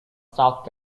south